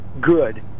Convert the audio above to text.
good